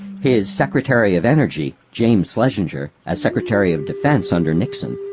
his secretary of energy, james schlesinger, as secretary of defence under nixon,